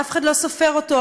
אף אחד לא סופר אותו,